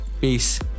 peace